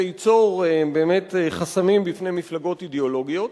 אכן זה ייצור באמת חסמים בפני מפלגות אידיאולוגיות,